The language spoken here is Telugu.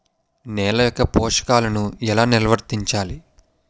నెల యెక్క పోషకాలను ఎలా నిల్వర్తించాలి